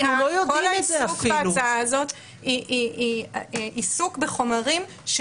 כל העיסוק בהצעה הזאת זה עיסוק בחומרים.